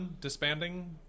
disbanding